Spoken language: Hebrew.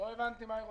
לא הבנתי מה היא רוצה.